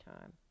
time